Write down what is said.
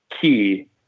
key